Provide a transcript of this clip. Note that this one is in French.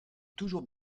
toujours